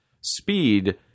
speed